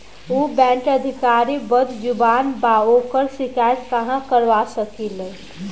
उ बैंक के अधिकारी बद्जुबान बा ओकर शिकायत कहवाँ कर सकी ले